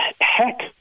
heck